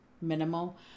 minimal